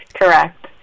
correct